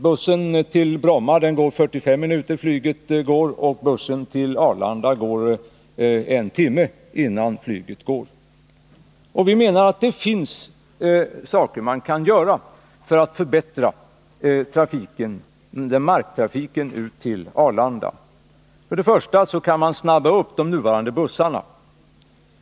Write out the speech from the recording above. Bussen till Bromma går 45 minuter och bussen till Arlanda 60 minuter före flygstarten. Vi menar att man kan förbättra marktrafiken till Arlanda. Man kan förkorta restiden för de nuvarande bussarna.